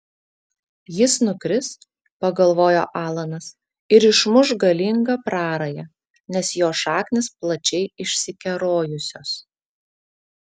jis nukris pagalvojo alanas ir išmuš galingą prarają nes jo šaknys plačiai išsikerojusios